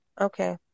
Okay